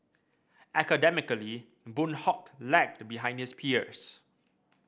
academically Boon Hock lagged behind his peers